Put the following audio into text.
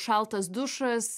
šaltas dušas